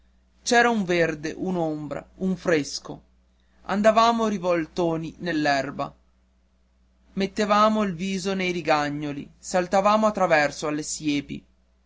c'era un verde un'ombra un fresco andavamo rivoltoloni nell'erba mettevamo il viso nei rigagnoli saltavamo a traverso alle siepi